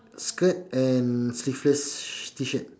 skirt and sleeveless shi~ T shirt